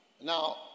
Now